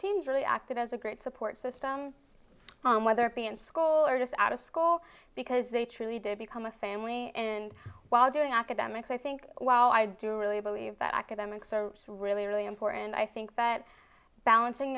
really acted as a great support system whether it be in school or just out of school because they truly did become a family and while doing academics i think well i do really believe that academics are really really important and i think that balancing